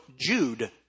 Jude